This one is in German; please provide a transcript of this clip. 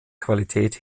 qualität